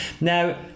Now